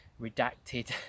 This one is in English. redacted